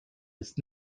ist